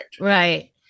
Right